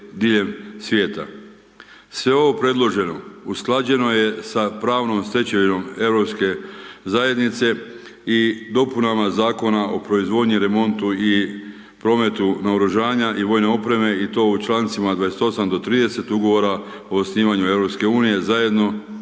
Sve ovo predloženo usklađeno je sa pravnom stečevinom europske zajednice i dopunama Zakona o proizvodnji, remontu i prometu naoružanja i vojne opreme i to u čl. 28-30 Ugovora o osnivanju EU zajedno Europske